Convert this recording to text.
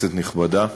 כנסת נכבדה,